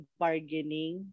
bargaining